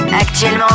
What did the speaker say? Actuellement